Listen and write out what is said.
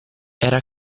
era